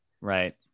Right